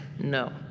No